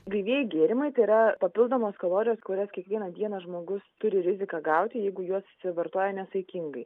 gaivieji gėrimai tai yra papildomos kalorijos kurias kiekvieną dieną žmogus turi rizika gauti jeigu juos vartoja nesaikingai